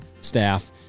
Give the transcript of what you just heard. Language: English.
staff